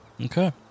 Okay